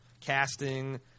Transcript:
casting